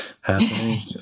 happening